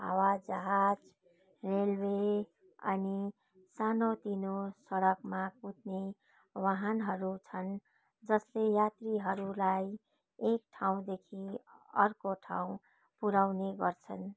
हावा जहाज रलवे अनि सानोतिनो सडकमा कुद्ने वाहनहरू छन् जसले यात्रीहरूलाई एक ठाउँदेखि अर्को ठाउँ पुऱ्याउने गर्छन्